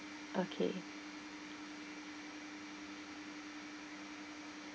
okay